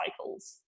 cycles